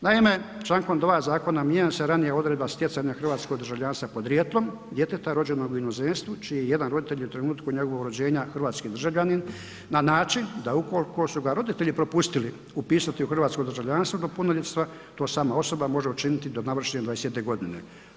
Naime, čl. 2. zakona mijenja se ranije odredba stjecanja hrvatskog državljanstva podrijetlom djeteta rođenog u inozemstvu čiji je roditelj u trenutku njegovog rođenja hrvatski državljanin na način da ukoliko su ga roditelji propustili upisati u hrvatsko državljanstvo do punoljetstva, to sama osoba može učiniti do navršene 21 godine.